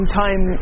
time